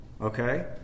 Okay